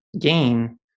gain